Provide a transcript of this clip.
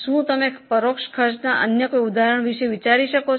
શું તમે પરોક્ષ ખર્ચના અન્ય કોઈ ઉદાહરણ વિશે વિચારી શકો છો